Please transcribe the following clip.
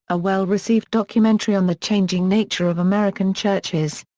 a well-received documentary on the changing nature of american churches.